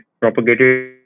propagated